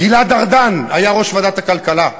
גלעד ארדן היה ראש ועדת הכלכלה,